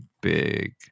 big